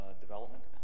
development